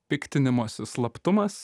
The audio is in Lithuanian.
piktinimosi slaptumas